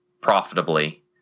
profitably